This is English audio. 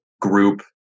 group